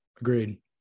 Agreed